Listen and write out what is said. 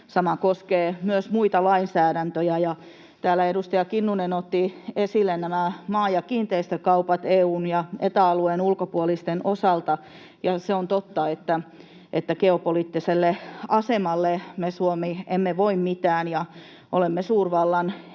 Sama koskee myös muita lainsäädäntöjä, ja täällä edustaja Kinnunen otti esille nämä maa- ja kiinteistökaupat EU:n ja Eta-alueen ulkopuolisten osalta. Ja se on totta, että geopoliittiselle asemalle me Suomessa emme voi mitään ja olemme suurvallan etupiiriä,